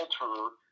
alter